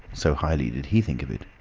so highly did he think of it.